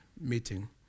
meeting